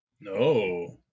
No